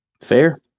Fair